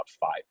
five